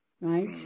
Right